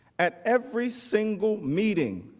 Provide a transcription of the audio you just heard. at every single meeting,